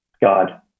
God